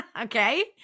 Okay